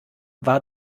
war